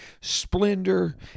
splendor